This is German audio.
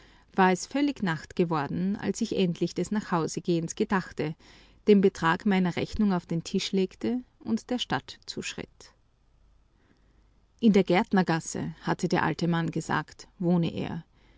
war es völlig nacht geworden als ich endlich des nachhausegehens gedachte den betrag meiner rechnung auf den tisch legte und der stadt zuschritt in der gärtnergasse hatte der alte mann gesagt wohne er